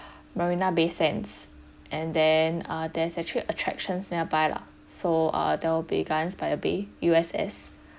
marina bay sands and then uh there's actually attractions nearby lah so uh there will be gardens by the bay U_S_S